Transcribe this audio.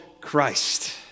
Christ